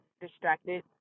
distracted